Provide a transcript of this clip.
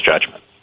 judgment